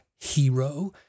hero